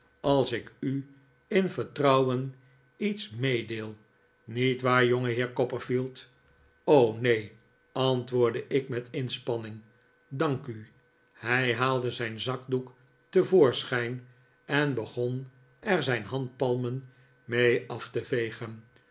als ik u in vertrouwen iets meedeel niet waar jongeheer copperfield neen antwoordde ik met inspanning dank u hij haalde zijn zakdoek te voorschijn en begon er zijn handpalmen mee af te vegen